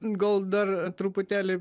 gal dar truputėlį